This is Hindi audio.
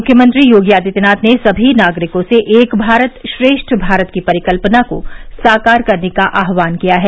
मुख्यमंत्री योगी आदित्यनाथ ने सभी नागरिकों से एक भारत श्रेष्ठ भारत की परिकल्पना को साकार करने का आहवान किया है